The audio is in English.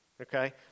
okay